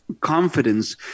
confidence